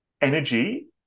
energy